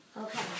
okay